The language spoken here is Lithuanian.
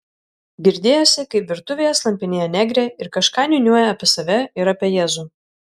girdėjosi kaip virtuvėje slampinėja negrė ir kažką niūniuoja apie save ir apie jėzų